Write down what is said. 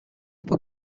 upper